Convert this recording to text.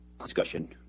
discussion